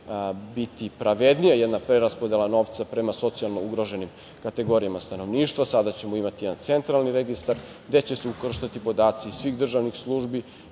biti pravednija jedna preraspodela novca prema socijalno ugroženim kategorijama stanovništva. Sada ćemo imati jedan centralni registar gde će se ukrštati podaci iz svih državnih službi